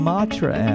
Matra